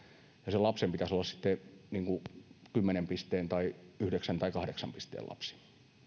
sen lapsen pitäisi olla sitten kymmenen pisteen tai yhdeksän tai kahdeksan pisteen lapsi